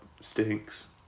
stinks